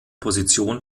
position